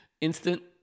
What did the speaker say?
Instant